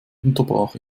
unterbrach